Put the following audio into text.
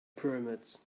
pyramids